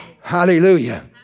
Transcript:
Hallelujah